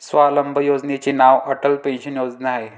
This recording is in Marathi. स्वावलंबन योजनेचे नाव अटल पेन्शन योजना आहे